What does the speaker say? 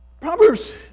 Proverbs